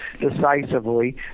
decisively